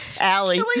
Allie